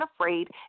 afraid